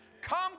Come